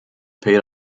paid